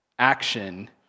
action